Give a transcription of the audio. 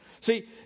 See